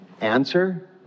Answer